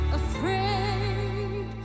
afraid